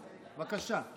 בבקשה.